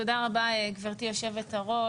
תודה רבה גבירתי יושבת-הראש,